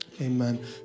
Amen